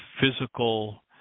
physical